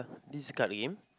this card game